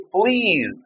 fleas